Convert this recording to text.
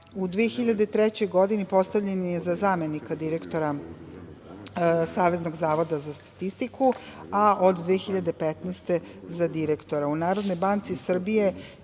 2003. godini postavljen je za zamenika direktora Saveznog zavoda za statistiku, a od 2015. godine za direktora.